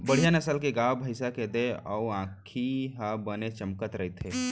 बड़िहा नसल के गाय, भँइसी के देहे अउ आँखी ह बने चमकत रथे